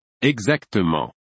Exactement